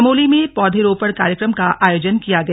चमोली में पौधरोपण कार्यक्रमों का आयोजन किया गया